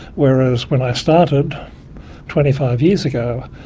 whereas when i started twenty five years ago,